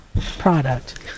product